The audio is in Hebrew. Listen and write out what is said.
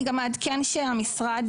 אני גם אעדכן שהמשרד,